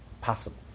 possible